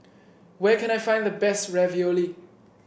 where can I find the best Ravioli